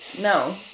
no